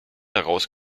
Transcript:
daraus